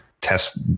test